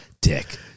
Dick